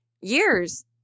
years